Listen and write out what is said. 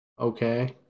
Okay